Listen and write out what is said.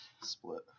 split